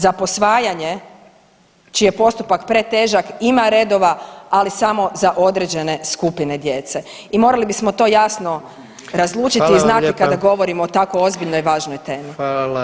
Za posvajanje čiji je postupak pretežak ima redova, ali samo za određene skupine djece i morali bismo to jasno razlučiti i znati [[Upadica: Hvala vam lijepa.]] kada govorimo o tako ozbiljnoj i važnoj temi.